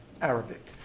Arabic